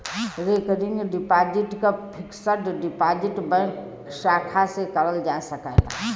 recurring deposit क fixed deposit bank शाखा से करल जा सकला